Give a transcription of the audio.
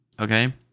okay